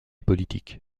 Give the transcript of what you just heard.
politique